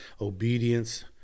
obedience